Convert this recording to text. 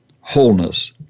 Wholeness